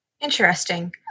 Interesting